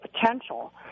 potential